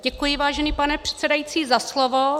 Děkuji, vážený pane předsedající, za slovo.